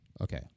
Okay